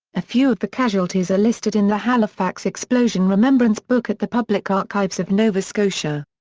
a few of the casualties are listed in the halifax explosion remembrance book at the public archives of nova scotia.